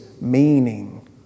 meaning